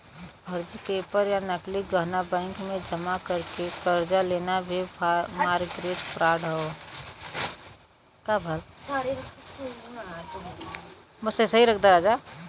फर्जी पेपर या नकली गहना बैंक में जमा करके कर्जा लेना भी मारगेज फ्राड हौ